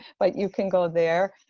but you can go there.